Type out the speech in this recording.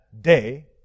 day